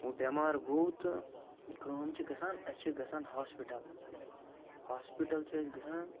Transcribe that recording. وۄنۍ بی۪ٚمار گوٚو تہٕ کٲم چھِ گَژھان اَسہِ چھِ گَژھان ہاسپِٹَل ہاسپِٹَل چھِ أسۍ گَژھان